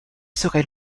serait